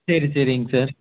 சரி சரிங்க சார்